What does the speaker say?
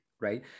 right